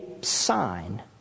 sign